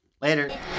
Later